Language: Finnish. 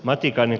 matikainen